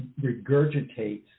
regurgitates